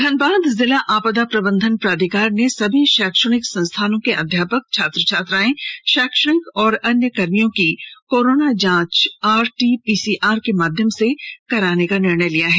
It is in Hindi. धनबाद जिला आपदा प्रबंधन प्राधिकार ने सभी शैक्षणिक संस्थानों के अध्यापक छात्र छात्राएं शैक्षणिक एवं अन्य कर्मियों की कोरोना जांच आरटी पीसीआर के माध्यम से कराने का निर्णय लिया है